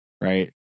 right